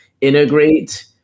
integrate